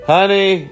Honey